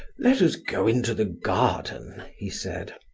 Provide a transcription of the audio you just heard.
let us go into the garden, he said.